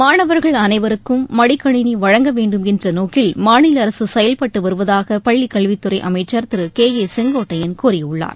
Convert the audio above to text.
மாணவர்கள் அனைவருக்கும் மடிக்கணினி வழங்க வேண்டும் என்ற நோக்கில் மாநில அரசு செயல்பட்டு வருவதாக பள்ளிக் கல்வித் துறை அமைச்சர் திரு கே செங்கோட்டையன் கூறியுள்ளார்